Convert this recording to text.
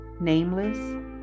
nameless